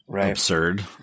Absurd